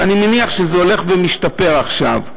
ואני מניח שזה הולך ומשתפר עכשיו.